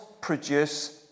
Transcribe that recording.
produce